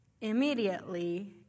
immediately